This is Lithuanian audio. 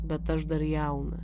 bet aš dar jauna